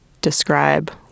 describe